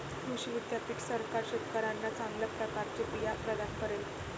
कृषी विद्यापीठ सरकार शेतकऱ्यांना चांगल्या प्रकारचे बिया प्रदान करेल